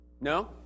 No